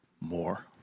more